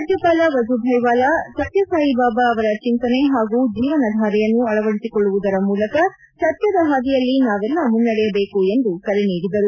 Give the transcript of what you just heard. ರಾಜ್ಯಪಾಲ ವಜೂಭಾಯಿ ವಾಲಾ ಸತ್ಯಸಾಯಿ ಬಾಬಾ ಅವರ ಚಿಂತನೆ ಹಾಗೂ ಜೀವನಧಾರೆಯನ್ನು ಅಳವಡಿಸಿಕೊಳ್ಳುವುದರ ಮೂಲಕ ಸತ್ಯದ ಹಾದಿಯಲ್ಲಿ ನಾವೆಲ್ಲ ಮುನ್ನಡೆಯಬೇಕು ಎಂದು ಕರೆ ನೀಡಿದರು